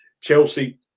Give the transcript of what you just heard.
Chelsea